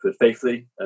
faithfully